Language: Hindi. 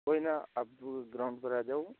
कोई ना आप ग्राउन्ड पर आ जाओ